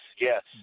yes